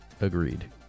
agreed